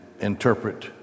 interpret